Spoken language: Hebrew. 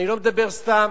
אני לא מדבר סתם.